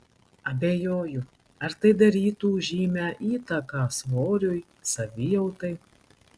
abejoju ar tai darytų žymią įtaką svoriui savijautai